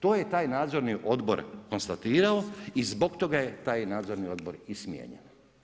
To je taj nadzorni odbor konstatirao i zbog toga je taj nadzorni odbor i smijenjen.